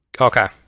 Okay